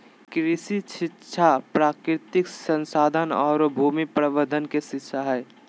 कृषि शिक्षा कृषि, प्राकृतिक संसाधन औरो भूमि प्रबंधन के शिक्षा हइ